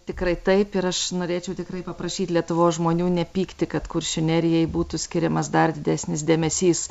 tikrai taip ir aš norėčiau tikrai paprašyt lietuvos žmonių nepykti kad kuršių nerijai būtų skiriamas dar didesnis dėmesys